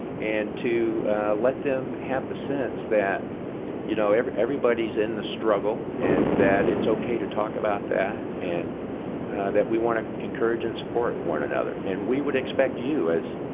and to let them have the sense that you know everybody's in the struggle and that it's okay to talk about that, and that we want to encourage and support one another. and we would expect you as,